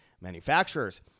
manufacturers